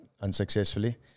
unsuccessfully